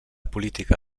política